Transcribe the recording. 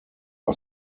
are